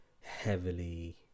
heavily